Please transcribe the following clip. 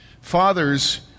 Fathers